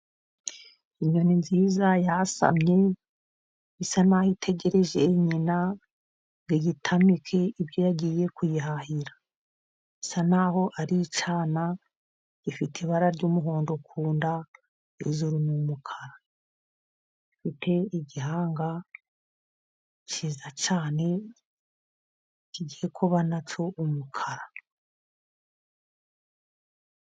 Inyoni nziza yasamye isa naho itegereje nyina ngo iyitamike ibyo yagiye kuyihahira. Bisa naho aricyana gifite ibara ry'umuhondo kunda hejuru nu'mukara ifite igihanga cyiza cyane kigiye kuba nacyo umukara.